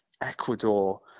Ecuador